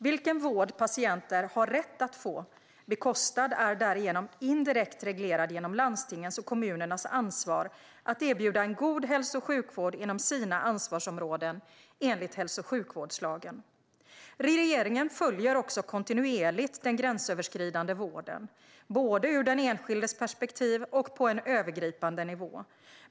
Vilken vård patienter har rätt att få bekostad är därigenom indirekt reglerat genom landstingens och kommunernas ansvar att erbjuda en god hälso och sjukvård inom sina ansvarsområden enligt hälso och sjukvårdslagen. Regeringen följer också kontinuerligt den gränsöverskridande vården, både ur den enskildes perspektiv och på övergripande nivå.